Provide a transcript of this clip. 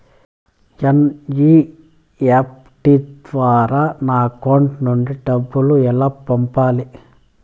NEFT ద్వారా నా account నుండి డబ్బులు ఎలా పంపాలి